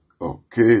okay